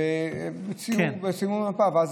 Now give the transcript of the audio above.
בציון במפה.